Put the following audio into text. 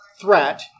threat